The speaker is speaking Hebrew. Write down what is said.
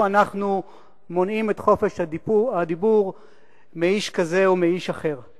אנחנו מונעים את חופש הדיבור מאיש כזה או מאיש אחר.